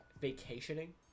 vacationing